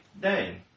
day